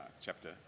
chapter